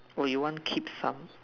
or you want keep some